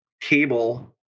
cable